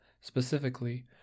specifically